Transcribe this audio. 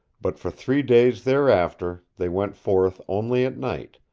but for three days thereafter they went forth only at night,